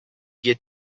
get